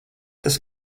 tas